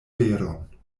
veron